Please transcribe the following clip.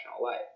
life